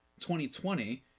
2020